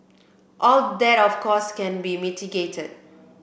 all that of course can be mitigated